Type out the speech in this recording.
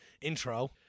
intro